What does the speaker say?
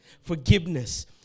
forgiveness